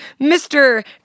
Mr